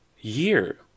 year